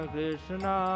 Krishna